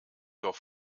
doch